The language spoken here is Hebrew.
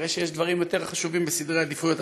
נראה שיש דברים יותר חשובים בסדר העדיפויות,